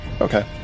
Okay